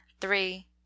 three